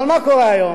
אבל מה קורה היום?